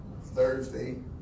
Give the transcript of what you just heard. Thursday